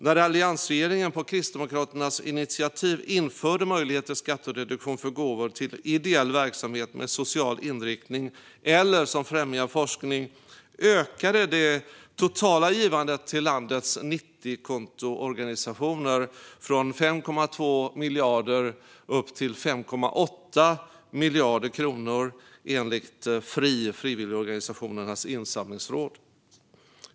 När alliansregeringen på Kristdemokraternas initiativ införde möjlighet till skattereduktion för gåvor till ideell verksamhet med social inriktning eller som främjar forskning ökade det totala givandet till landets 90kontoorganisationer från 5,2 miljarder upp till 5,8 miljarder kronor, enligt FRII, Frivilligorganisationernas insamlingsråd.